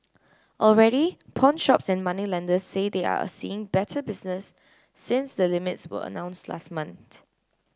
already pawnshops and moneylenders say they are a seeing better business since the limits were announced last month